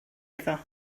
iddo